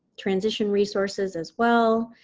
transition resources as well,